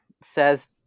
says